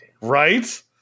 right